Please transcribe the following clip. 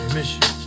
Mission